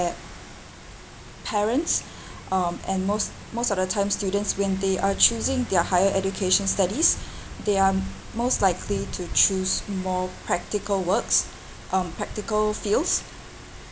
parents um and most most of the time students when they are choosing their higher education studies they are most likely to choose more practical works um practical fields